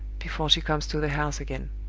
before she comes to the house again.